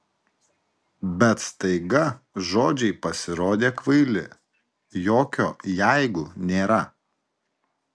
bet staiga žodžiai pasirodė kvaili jokio jeigu nėra